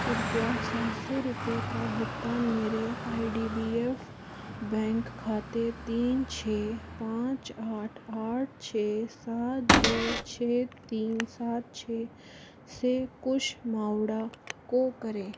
कृपया सात सौ रुपये का भुगतान मेरे I D B F bank खाते तीन छः पाँच आठ आठ छः सात दो छः तीन सात छः से कुश मावड़ा को करें